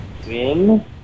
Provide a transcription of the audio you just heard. Win